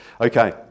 Okay